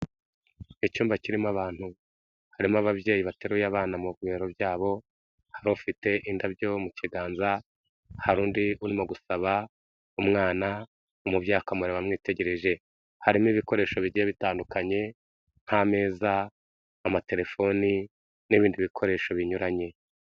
Icyumba kirimo abantu, harimo ababyeyi bateruye abana mu bibero byabo, hari ufite indabyo mu kiganza, hari undi urimo gusaba umwana, umubyeyi akamureba amwitegereje, harimo ibikoresho bijyiye bitandukanye, nk'ameza, amaterefoni n'ibindi bikoresho binyuranye.